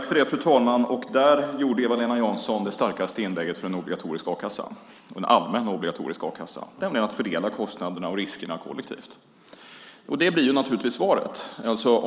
Fru talman! Där gjorde Eva-Lena Jansson det starkaste inlägget för en allmän obligatorisk a-kassa, nämligen för att fördela kostnaderna och riskerna kollektivt. Det blir naturligtvis svaret.